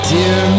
Dear